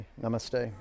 namaste